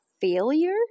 failure